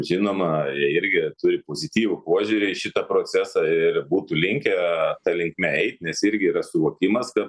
žinoma jie irgi turi pozityvų požiūrį į šitą procesą ir būtų linkę ta linkme eit nes irgi yra suvokimas kad